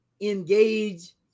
engage